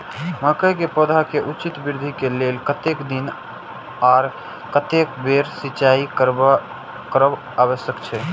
मके के पौधा के उचित वृद्धि के लेल कतेक दिन आर कतेक बेर सिंचाई करब आवश्यक छे?